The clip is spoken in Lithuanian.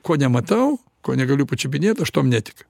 ko nematau ko negaliu pačiupinėt aš tuom netikiu